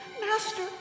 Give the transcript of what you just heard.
Master